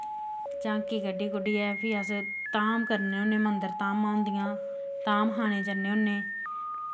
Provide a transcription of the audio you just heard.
झांकी कड्डी कुड्डियै प्ही अस धाम करने होन्ने मन्दर धामां होंदियां धाम खाने जन्ने होन्ने